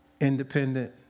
Independent